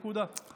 נקודה.